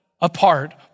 apart